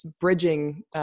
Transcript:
bridging